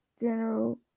General